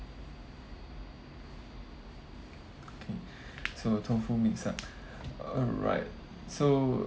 okay so tofu mix up alright so